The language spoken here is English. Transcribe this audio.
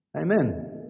Amen